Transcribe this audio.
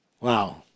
Wow